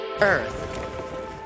Earth